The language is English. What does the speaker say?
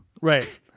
Right